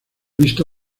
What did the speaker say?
visto